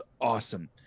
awesome